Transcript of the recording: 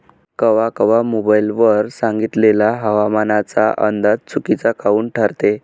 कवा कवा मोबाईल वर सांगितलेला हवामानाचा अंदाज चुकीचा काऊन ठरते?